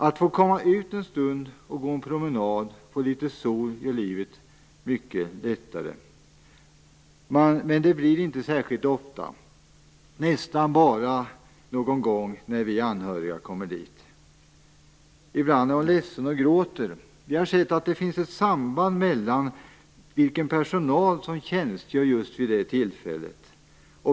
Att få komma ut en stund, gå en promenad och få litet sol gör livet mycket lättare. Men det blir inte särskilt ofta, nästan bara någon gång när vi anhöriga kommer dit. Ibland är hon ledsen och gråter. Vi har sett att det finns ett samband med vem i personalen som tjänstgör just vid det tillfället.